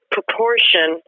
proportion